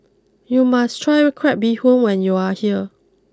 you must try Crab Bee Hoon when you are here